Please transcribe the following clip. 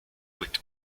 with